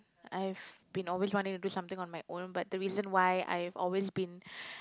I've been always wanting to do something on my own but the reason why I've always been